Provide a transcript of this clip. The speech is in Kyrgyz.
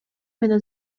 менен